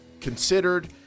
considered